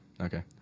Okay